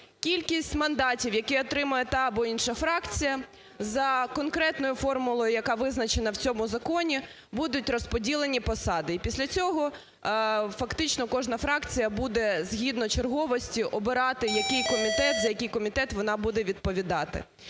кількість мандатів, які отримає та або інша фракція за конкретною формулою, яка визначена в цьому законі, будуть розподілені посади. І після цього фактично кожна фракція буде згідно черговості обирати, який комітет, за який комітет вона буде відповідати.